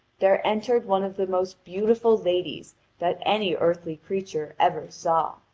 there entered one of the most beautiful ladies that any earthly creature ever saw.